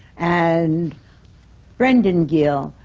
and brendan gill,